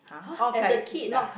!huh! as a kid ah